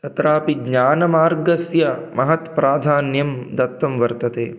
तत्रापि ज्ञानमार्गस्य महत्प्राधान्यं दत्तं वर्तते